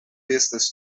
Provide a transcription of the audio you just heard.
estas